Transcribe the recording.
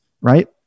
right